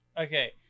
Okay